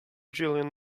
julian